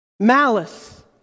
Malice